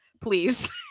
please